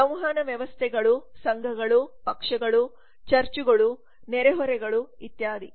ಸಂವಹನ ವ್ಯವಸ್ಥೆಗಳು ಸಂಘಗಳು ಪಕ್ಷಗಳು ಚರ್ಚುಗಳು ನೆರೆಹೊರೆಗಳು ಇತ್ಯಾದಿ